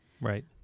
right